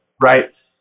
Right